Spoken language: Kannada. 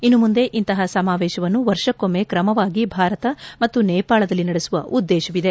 ಇನ್ನು ಮುಂದೆ ಇಂತಪ ಸಮಾವೇಶವನ್ನು ವರ್ಷಕ್ಕೊಮ್ಮೆ ಕ್ರಮವಾಗಿ ಭಾರತ ಮತ್ತು ನೇಪಾಳದಲ್ಲಿ ನಡೆಸುವ ಉದ್ದೇಶವಿದೆ